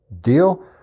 Deal